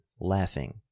laughing